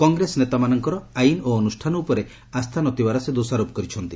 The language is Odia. କଂଗ୍ରେସ ନେତାମାନଙ୍କର ଆଇନ ଓ ଅନୁଷ୍ଠାନ ଉପରେ ଆସ୍ଥା ନ ଥିବାର ସେ ଦୋଷାରୋପ କରିଛନ୍ତି